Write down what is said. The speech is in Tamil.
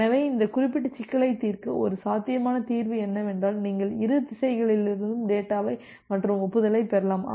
எனவே இந்த குறிப்பிட்ட சிக்கலைத் தீர்க்க ஒரு சாத்தியமான தீர்வு என்னவென்றால் நீங்கள் இரு திசைகளிலிருந்தும் டேட்டாவை மற்றும் ஒப்புதலைப் பெறலாம்